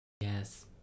Yes